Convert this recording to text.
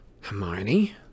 Hermione